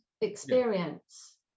experience